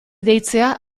deitzea